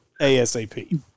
ASAP